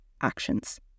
actions